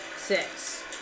six